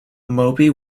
moby